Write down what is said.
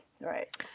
right